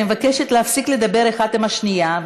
אני מבקשת להפסיק לדבר אחת עם השנייה.